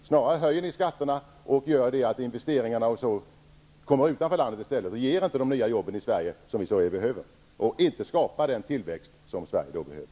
Snarare vill ni höja skatterna, med följd att investeringarna sker utanför landet i stället och inte ger de nya jobb och skapar den tillväxt som Sverige så väl behöver.